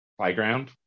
playground